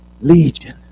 Legion